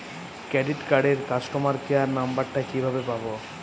Credit কার্ডের customer care number টা কিভাবে পাবো?